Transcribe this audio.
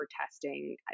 testing